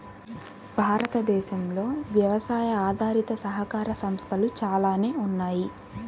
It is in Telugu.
భారతదేశంలో వ్యవసాయ ఆధారిత సహకార సంస్థలు చాలానే ఉన్నాయి